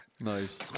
Nice